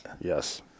Yes